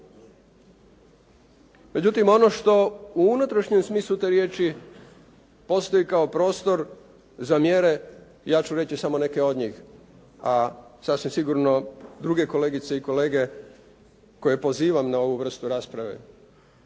Međutim, ono što u unutrašnjem smislu te riječi postoji kao prostor za mjere, ja ću reći samo neke od njih, a sasvim sigurno druge kolegice i kolege koje pozivam na ovu vrstu rasprave